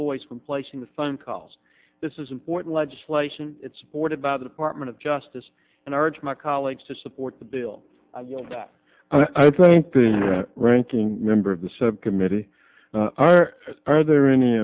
voice from placing the phone calls this is important legislation it's supported by the department of justice and i urge my colleagues to support the bill that i think the ranking member of the subcommittee are there any